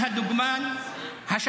-- לפנות ליש